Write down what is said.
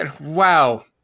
Wow